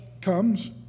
comes